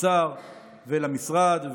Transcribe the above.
לשר ולמשרד.